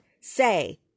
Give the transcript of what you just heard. say